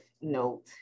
note